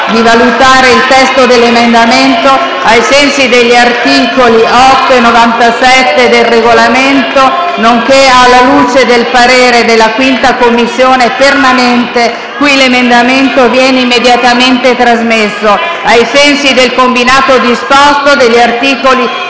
di valutare il testo dell'emendamento ai sensi degli articoli 8 e 97 del Regolamento, nonché alla luce del parere della 5aCommissione permanente - cui l'emendamento viene immediatamente trasmesso - ai sensi del combinato disposto degli articoli